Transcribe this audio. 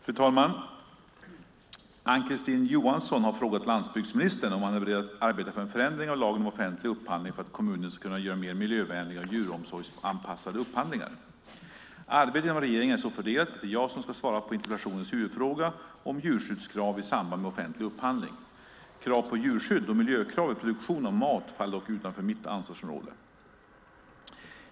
Fru talman! Ann-Kristine Johansson har frågat landsbygdsministern om han är beredd att arbeta för en förändring av lagen om offentlig upphandling för att kommuner ska kunna göra mer miljövänliga och djuromsorgsanpassade upphandlingar. Arbetet inom regeringen är så fördelat att det är jag som ska svara på interpellationens huvudfråga om djurskyddskrav i samband med offentlig upphandling. Krav på djurskydd och miljökrav vid produktion av mat faller dock utanför mitt ansvarsområde.